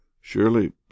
Surely